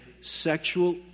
sexual